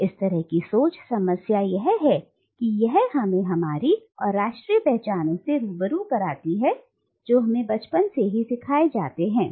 तो इस तरह की सोच समस्या यह है कि यह हमें हमारी और राष्ट्रीय पहचानो से रूबरू कराती है जो हमें बचपन से ही सिखाए जाते हैं